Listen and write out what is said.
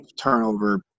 turnover